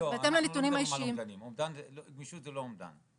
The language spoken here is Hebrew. אנחנו לא מדברים על אומדנים, גמישות זה לא אומדן.